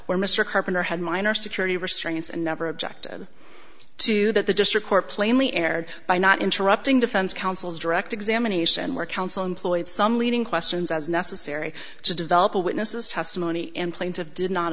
where mr carpenter had minor security restraints and never objected to that the district court plainly erred by not interrupting defense counsel's direct examination where counsel employed some leading questions as necessary to develop a witness's testimony in plaintive did not